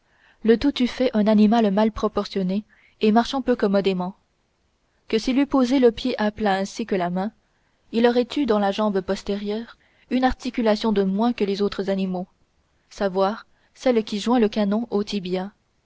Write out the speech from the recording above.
le tout eût fait un animal mal proportionné et marchant peu commodément que s'il eût posé le pied à plat ainsi que la main il aurait eu dans la jambe postérieure une articulation de moins que les autres animaux savoir celle qui joint le canon au tibia